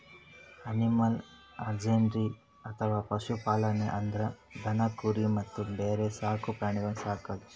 animal husbandry ಅಥವಾ ಪಶು ಪಾಲನೆ ಅಂದ್ರ ದನ ಕುರಿ ಮತ್ತ್ ಬ್ಯಾರೆ ಸಾಕ್ ಪ್ರಾಣಿಗಳನ್ನ್ ಸಾಕದು